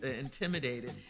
intimidated